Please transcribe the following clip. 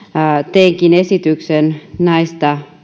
teenkin esityksen näistä